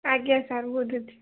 ଆଜ୍ଞା ସାର୍ ବୁଝୁଛି